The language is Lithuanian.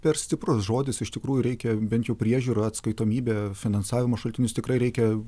per stiprus žodis iš tikrųjų reikia bent jau priežiūrą atskaitomybę finansavimo šaltinius tikrai reikia